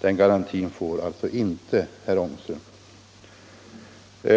Den garantin får herr Ångström alltså